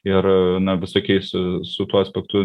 ir visokiais su tuo aspektu